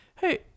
Hey